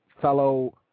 fellow